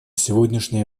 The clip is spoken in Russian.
сегодняшнее